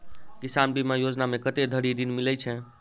किसान बीमा योजना मे कत्ते धरि ऋण मिलय छै?